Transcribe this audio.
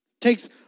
Takes